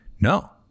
No